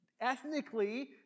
ethnically